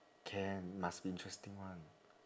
can must interesting one